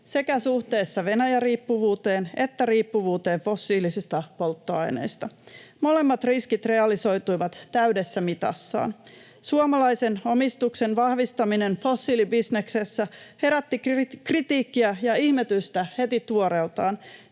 sekä suhteessa Venäjä-riippuvuuteen että riippuvuuteen fossiilisista polttoaineista. Molemmat riskit realisoituivat täydessä mitassaan. Suomalaisen omistuksen vahvistaminen fossiilibisneksessä herätti kritiikkiä ja ihmetystä heti tuoreeltaan